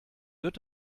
wird